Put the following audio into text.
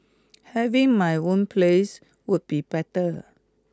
having my own place would be better